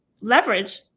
leverage